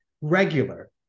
regular